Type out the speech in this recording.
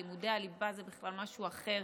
לימודי הליבה זה בכלל משהו אחר,